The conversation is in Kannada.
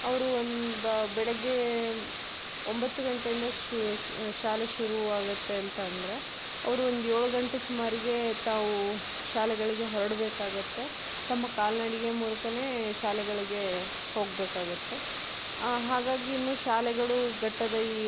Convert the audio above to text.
ಅವರು ಒಂದು ಬ ಬೆಳಿಗ್ಗೆ ಒಂಬತ್ತು ಗಂಟೆಯಿಂದ ಶಾಲೆ ಶುರುವಾಗುತ್ತೆ ಅಂತ ಅಂದರೆ ಅವರು ಒಂದು ಏಳು ಗಂಟೆ ಸುಮಾರಿಗೆ ತಾವು ಶಾಲೆಗಳಿಗೆ ಹೊರಡಬೇಕಾಗುತ್ತೆ ತಮ್ಮ ಕಾಲುನಡಿಗೆ ಮೂಲಕನೆ ಶಾಲೆಗಳಿಗೆ ಹೋಗಬೇಕಾಗುತ್ತೆ ಹಾಗಾಗಿ ಇನ್ನು ಶಾಲೆಗಳು ಘಟ್ಟದ ಈ